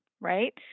right